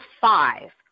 five